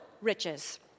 riches